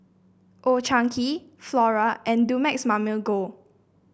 Old Chang Kee Flora and Dumex Mamil Gold